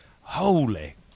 holy